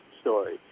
story